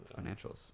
Financials